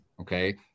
Okay